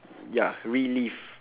ya relive